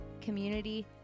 community